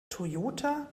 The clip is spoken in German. toyota